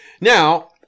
Now